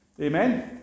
Amen